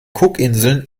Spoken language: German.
cookinseln